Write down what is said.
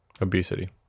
obesity